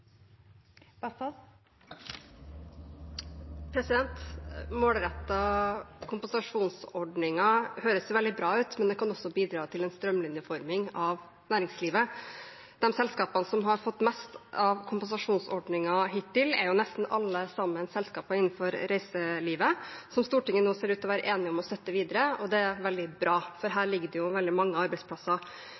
høres veldig bra ut, men kan også bidra til en strømlinjeforming av næringslivet. De selskapene som har fått mest av kompensasjonsordningen hittil, er jo nesten alle sammen selskaper innenfor reiselivet, som Stortinget nå ser ut til å være enige om å støtte videre. Det er veldig bra, for her er det jo veldig mange arbeidsplasser.